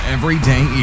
Everyday